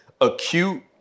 acute